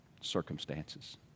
circumstances